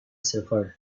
shepherd